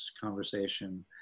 conversation